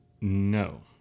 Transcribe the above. No